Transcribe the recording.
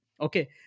okay